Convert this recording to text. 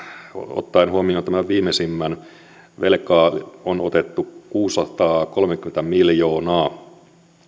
ottaen huomioon tämän viimeisimmän velkaa on otettu kuusisataakolmekymmentä miljoonaa